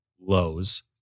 lows